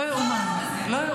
לא יאומן.